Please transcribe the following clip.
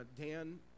Dan